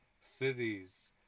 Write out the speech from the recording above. cities